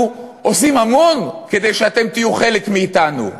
אנחנו עושים המון כדי שאתם תהיו חלק מאתנו?